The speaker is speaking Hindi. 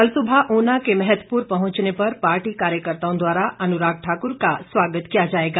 कल सुबह ऊना के मैहतपुर पहुंचने पर पार्टी कार्यकर्ताओं द्वारा अनुराग ठाकुर का स्वागत किया जाएगा